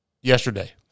yesterday